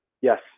yes